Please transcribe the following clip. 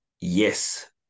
yes